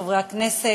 חברי חברי הכנסת,